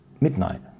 midnight